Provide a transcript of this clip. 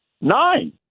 Nine